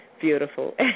beautiful